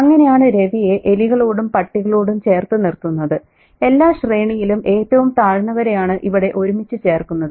അങ്ങനെയാണ് രവിയെ എലികളോടും പട്ടികളോടും ചേർത്തു നിർത്തുന്നത് എല്ലാ ശ്രേണിയിലും ഏറ്റവും താഴ്ന്നവരെയാണ് ഇവിടെ ഒരുമിച്ച് ചേർക്കുന്നത്